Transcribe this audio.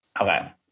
Okay